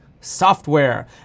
software